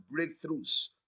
breakthroughs